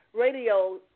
radio